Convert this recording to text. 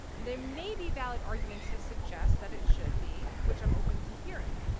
there may be valid arguments to suggest that it should be, which i'm open to hearing.